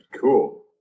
cool